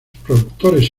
productores